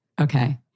Okay